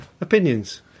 opinions